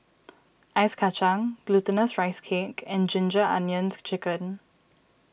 Ice Kacang Glutinous Rice Cake and Ginger Onions Chicken